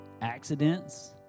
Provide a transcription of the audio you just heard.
accidents